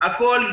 האחרון.